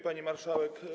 Pani Marszałek!